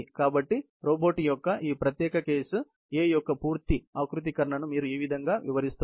కాబట్టి రోబోట్ యొక్క ఈ ప్రత్యేక కేసు A యొక్క పూర్తి ఆకృతీకరణను మీరు ఈ విధంగా వివరిస్తున్నారు